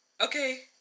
okay